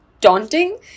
daunting